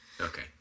Okay